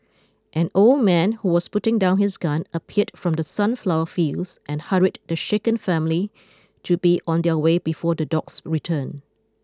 an old man who was putting down his gun appeared from the sunflower fields and hurried the shaken family to be on their way before the dogs return